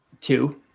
two